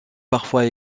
parfois